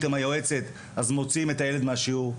עם היועצת מוציאים את הילד מהשיעור,